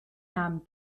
nahm